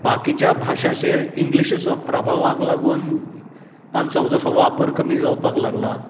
बाकीच्या भाशांचेर इंग्सिशीचो प्रभावाक लागून तांचो जसो वापर कमी जावपाक लागलां